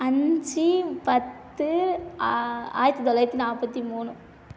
அஞ்சு பத்து ஆ ஆயிரத்தி தொள்ளாயிரத்தி நாற்பத்தி மூணு